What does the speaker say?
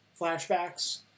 flashbacks